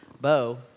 Bo